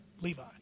Levi